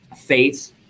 faith